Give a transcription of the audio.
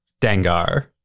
dangar